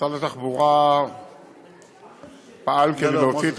משרד התחבורה פעל כדי להוציא לפועל את